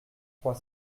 trois